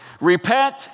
Repent